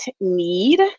need